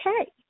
okay